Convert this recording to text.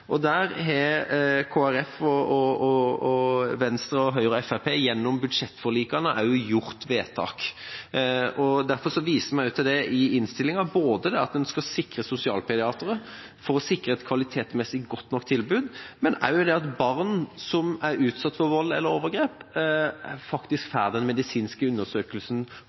Høyre og Fremskrittspartiet gjennom budsjettforlikene også gjort vedtak. Derfor viser vi også til det i innstillinga, både det at en skal sikre nok sosialpediatere for å sikre et kvalitetsmessig godt nok tilbud, og det at barn som er utsatt for vold eller overgrep, faktisk får den medisinske undersøkelsen